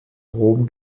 rom